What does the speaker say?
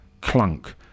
clunk